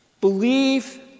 Believe